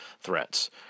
threats